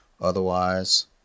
Otherwise